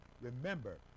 remember